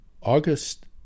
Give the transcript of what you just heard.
August